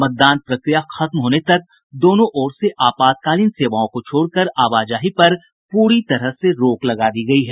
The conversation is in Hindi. मतदान प्रक्रिया खत्म होने तक दोनों ओर से आपातकालीन सेवाओं को छोड़कर आवाजाही पर पूरी तरह से रोक लगा दी गयी है